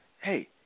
Hey